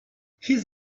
his